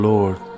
Lord